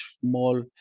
small